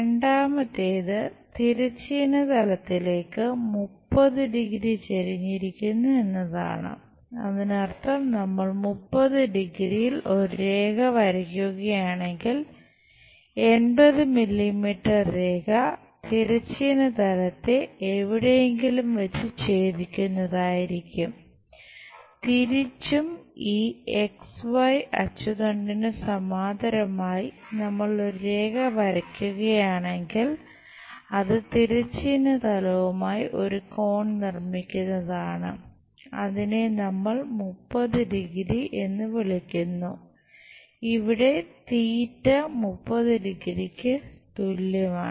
രണ്ടാമത്തേത് തിരശ്ചീന തലത്തിലേക്ക് 30 ഡിഗ്രി തുല്യമാണ്